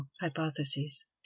hypotheses